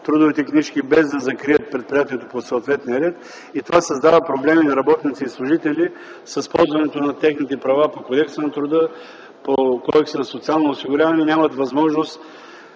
трудовите книжки, без да закрият предприятието по съответния ред. Това създава проблеми на работници и служители с ползването на техните права по Кодекса на труда, по Кодекса за социално осигуряване. Нямат възможност,